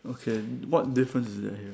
okay what difference is there here